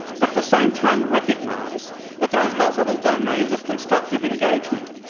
but at the same time recognize that there are multiple domains of constructive engagement.